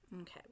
Okay